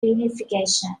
reunification